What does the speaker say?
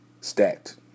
stacked